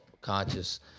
conscious